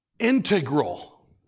integral